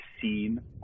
seen